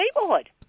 neighborhood